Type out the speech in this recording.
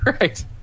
Right